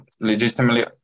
legitimately